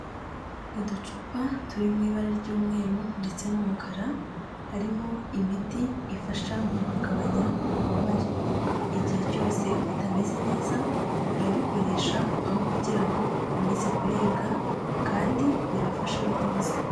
Uducupa turi mu ibara ry'umweru ndetse n'umukara harimo imiti ifasha mu kugabanya ububabare, igihe cyose utameze neza urabikoresha aho kugira ngo ukomeze kuribwa kandi birafasha rwose.